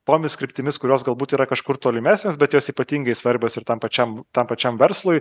tomis kryptimis kurios galbūt yra kažkur tolimesnės bet jos ypatingai svarbios ir tam pačiam tam pačiam verslui